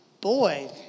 boy